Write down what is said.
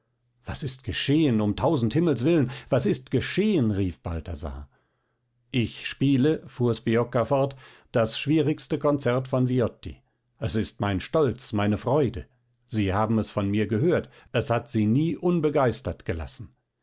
was ist geschehen um tausend himmels willen was ist geschehen rief balthasar ich spiele fuhr sbiocca fort das schwierigste konzert von viotti es ist mein stolz meine freude sie haben es von mir gehört es hat sie nie unbegeistert gelassen